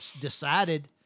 decided